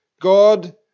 God